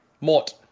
Mort